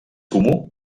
comú